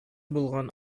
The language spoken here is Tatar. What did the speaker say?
булган